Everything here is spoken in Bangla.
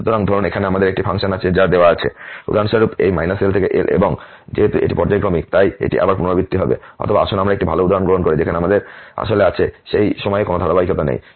সুতরাং ধরুন এখানে আমাদের একটি ফাংশন আছে যা দেওয়া আছে উদাহরণস্বরূপ এই -L থেকে L এবং যেহেতু এটি পর্যায়ক্রমিক তাই এটি আবার পুনরাবৃত্তি হবে অথবা আসুন আমরা একটি ভাল উদাহরণ গ্রহণ করি যেখানে আমাদের আসলে আছে সেই সময়ে কোন ধারাবাহিকতা নেই